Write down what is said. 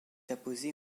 apposée